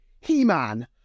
He-Man